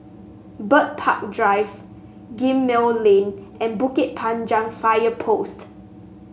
Bird Park Drive Gemmill Lane and Bukit Panjang Fire Post